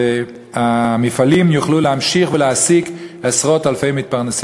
והמפעלים יוכלו להמשיך ולהעסיק עשרות אלפי מתפרנסים,